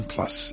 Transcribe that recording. Plus